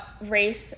race